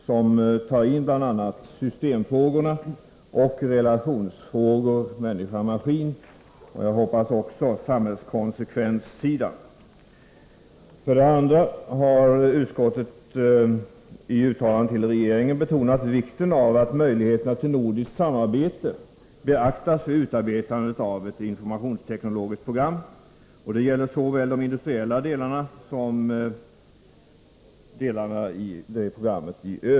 Det skall bl.a. omfatta systemfrågor och relationsfrågor människamaskin, och jag hoppas också att det kommer att ta upp samhällskonsekvenssidan. För det andra har utskottet i uttalandet till regeringen betonat vikten av att möjligheterna till nordiskt samarbete skall beaktas vid utarbetandet av ett informationsteknologiskt program. Det gäller såväl de industriella delarna som övriga delar i programmet.